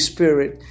Spirit